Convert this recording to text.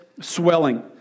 swelling